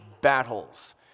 battles